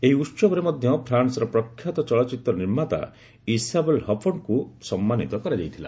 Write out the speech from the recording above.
ଏହି ଉତ୍ସବରେ ମଧ୍ୟ ଫ୍ରାନ୍ୱର ପ୍ରଖ୍ୟାତ ଚଳଚ୍ଚିତ୍ର ନିର୍ମାତା ଇଶାବେଲ୍ ହପର୍ଚ୍ଚ୍ଚୁ ସମ୍ମାନିତ କରାଯାଇଥିଲା